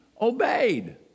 obeyed